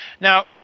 Now